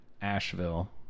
Asheville